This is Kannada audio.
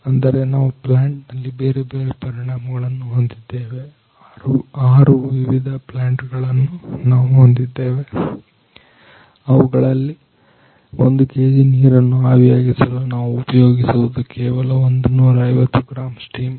ಆದರೆ ನಾವು ಪ್ಲಾಂಟ್ ನಲ್ಲಿ ಬೇರೆ ಬೇರೆ ಪರಿಣಾಮಗಳನ್ನು ಹೊಂದಿದ್ದೇವೆ ಆರು ವಿವಿಧ ಪ್ಲಾಂಟ್ ಗಳನ್ನು ನಾವು ಹೊಂದಿದ್ದೇವೆ ಅವುಗಳಲ್ಲಿ 1 ಕೆಜಿ ನೀರನ್ನು ಆವಿಯಾಗಿಸಲು ನಾವು ಉಪಯೋಗಿಸುವುದು ಕೇವಲ 150 ಗ್ರಾಂ ಸ್ಟೀಮ್